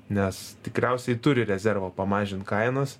nes tikriausiai turi rezervo pamažint kainas